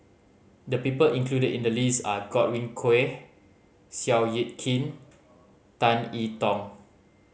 the people included in the list are Godwin Koay Seow Yit Kin Tan I Tong